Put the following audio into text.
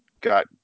got